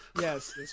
Yes